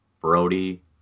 Brody